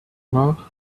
nach